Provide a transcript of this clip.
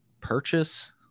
purchase